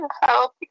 help